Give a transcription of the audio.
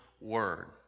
word